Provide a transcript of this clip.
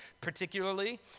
particularly